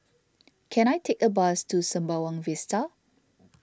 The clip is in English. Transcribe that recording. can I take a bus to Sembawang Vista